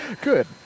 Good